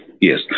Yes